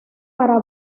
para